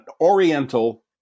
Oriental